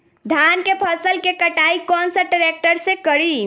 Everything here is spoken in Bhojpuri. धान के फसल के कटाई कौन सा ट्रैक्टर से करी?